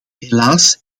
helaas